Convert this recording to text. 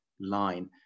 line